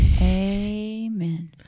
Amen